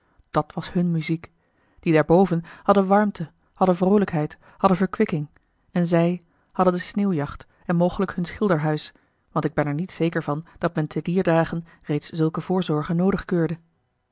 dat was hunne muziek die daarboven hadden warmte hadden vroolijkheid hadden verkwikking en zij hadden de sneeuwjacht en mogelijk hun schilderhuis want ik ben er niet zeker van dat men te dier dage reeds zulke voorzorgen noodig keurde